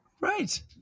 right